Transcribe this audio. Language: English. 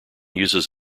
uses